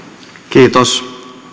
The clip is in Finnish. kiitos